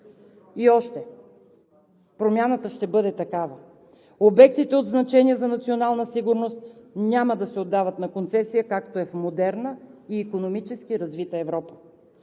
И още, промяната ще бъде такава – обектите от значение за националната сигурност няма да се отдават на концесия, както е в модерна и икономически развита Европа.